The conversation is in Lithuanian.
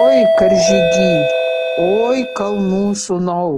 oi karžygy oi kalnų sūnau